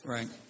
Right